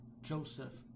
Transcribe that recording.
Joseph